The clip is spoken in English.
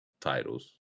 titles